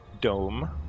dome